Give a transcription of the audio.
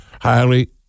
highly